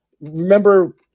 remember